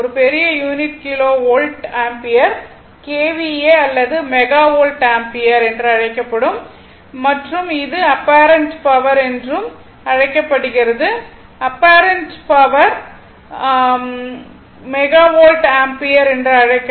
ஒரு பெரிய unit kilo volt ampere KVA அல்லது ஒரு மெகா வோல்ட் ஆம்பியர் என அழைக்கப்படும்